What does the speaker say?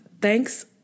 Thanks